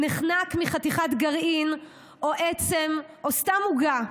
נחנק מחתיכת גרעין או עצם או סתם עוגה.